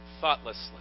Thoughtlessly